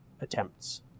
attempts